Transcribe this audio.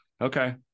Okay